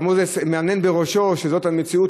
הרב מוזס מהנהן בראשו שזאת המציאות.